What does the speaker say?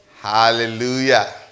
Hallelujah